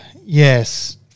yes